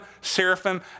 seraphim